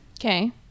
Okay